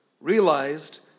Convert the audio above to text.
realized